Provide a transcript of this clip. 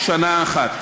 שנה אחת.